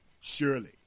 Surely